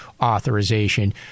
authorization